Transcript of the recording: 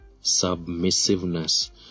submissiveness